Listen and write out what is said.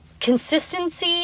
consistency